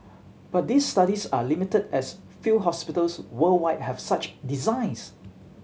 but these studies are limited as few hospitals worldwide have such designs